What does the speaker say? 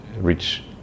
reach